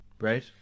Right